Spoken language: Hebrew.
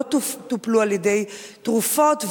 לא טופלו על-ידי תרופות?